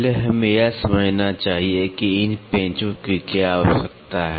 पहले हमें यह समझना चाहिए कि इन पेंचों की क्या आवश्यकता है